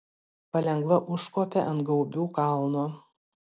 palengva užkopė ant gaubių kalno